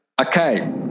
Okay